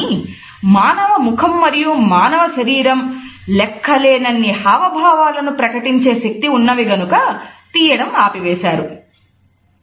కానీ మానవ ముఖం మరియు మానవ శరీరం లెక్కలేనన్ని హావభావాలను ప్రకటించే శక్తి ఉన్నవి గనుక తీయడం ఆపివేశారు